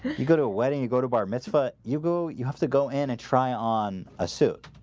you go to a wedding you go to bar mitzvah you go you have to go in and try on a suit